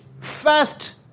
first